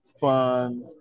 fun